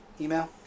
email